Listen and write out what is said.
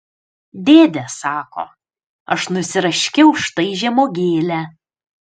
dėde sako aš nusiraškiau štai žemuogėlę